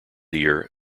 deer